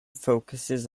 focuses